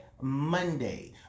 Monday